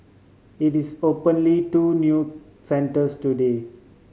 it is openly two new centres today